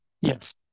Yes